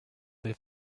they